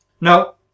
no